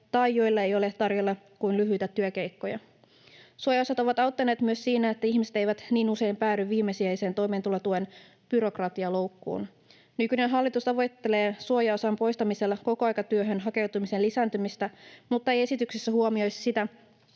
tai joilla ei ole tarjolla kuin lyhyitä työkeikkoja. Suojaosat ovat auttaneet myös siten, että ihmiset eivät niin usein päädy viimesijaisen toimeentulotuen byrokratialoukkuun. Nykyinen hallitus tavoittelee suojaosan poistamisella kokoaikatyöhön hakeutumisen lisääntymistä mutta ei esityksessä huomioi sitä,